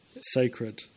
sacred